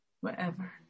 wherever